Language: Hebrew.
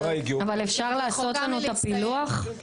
אבל אפשר לעשות לנו את הפילוח?